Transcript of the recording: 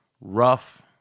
rough